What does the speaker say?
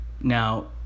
Now